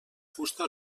fusta